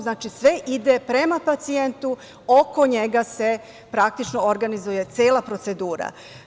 Znači, sve ide prema pacijentu, oko njega se praktično organizuje cela procedura.